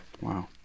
Wow